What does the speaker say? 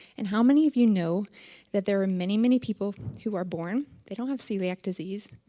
and how many of you know that there are many many people who are born they don't have celiac disease,